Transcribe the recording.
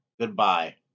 goodbye